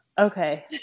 okay